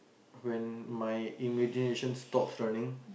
when my imagination stops running